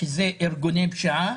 שזה ארגוני פשיעה,